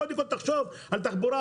קודם כול תחשוב על תחבורה,